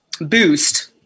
boost